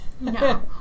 No